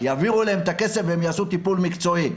יעבירו אליהם את הכסף והם יעשו טיפול מקצועי.